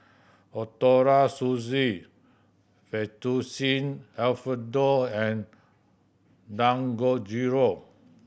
Ootoro Sushi Fettuccine Alfredo and Dangojiru